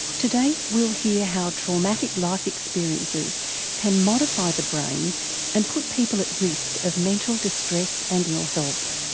today we'll hear how traumatic life experiences can modify the brain and put people at risk of mental distress and ill health.